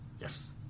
Yes